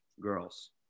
girls